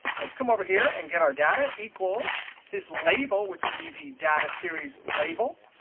let's come over here and get our data equals this label which will be the data series label,